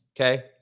Okay